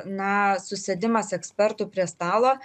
na susėdimas ekspertų prie stalo